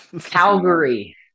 Calgary